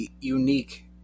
unique